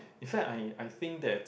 in fact I I think that